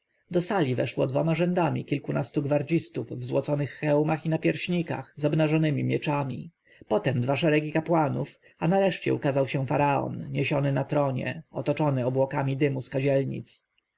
do sali weszło dwoma rzędami kilkunastu gwardzistów w złoconych hełmach i napierśnikach z obnażonemi mieczami potem dwa szeregi kapłanów a nareszcie ukazał się faraon niesiony na tronie otoczony obłokami dymu z kadzielnic